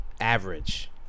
average